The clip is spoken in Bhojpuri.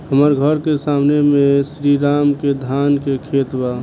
हमर घर के सामने में श्री राम के धान के खेत बा